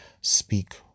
speak